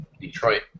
Detroit